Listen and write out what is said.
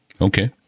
Okay